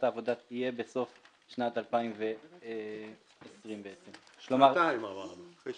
העבודה תהיה בסוף שנת 2020. שנתיים אמרנו.